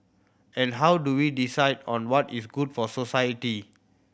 and how do we decide on what is good for society